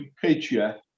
picture